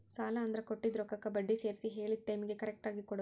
ಸಾಲ ಅಂದ್ರ ಕೊಟ್ಟಿದ್ ರೊಕ್ಕಕ್ಕ ಬಡ್ಡಿ ಸೇರ್ಸಿ ಹೇಳಿದ್ ಟೈಮಿಗಿ ಕರೆಕ್ಟಾಗಿ ಕೊಡೋದ್